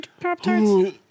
Pop-Tarts